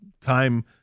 time